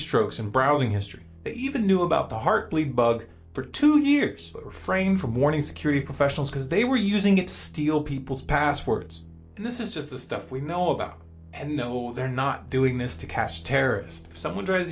strokes and browsing history even knew about the heart bleed bug for two years or frame for morning security professionals because they were using it to steal people's passwords and this is just the stuff we know about and know they're not doing this to catch terrorists someone does